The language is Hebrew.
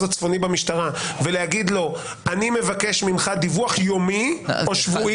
הצפוני במשטרה ולהגיד לו שאני מבקש ממך דיווח יומי או שבועי.